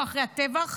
אחרי הטבח